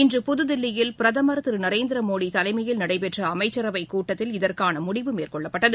இன்று புத்தில்லியில் பிரதமர் திருநரேந்திரமோடிதலைமையில் நடைபெற்றஅமைச்சரவைக் கூட்டத்தில் இதற்கானமுடிவு மேற்கொள்ளப்பட்டது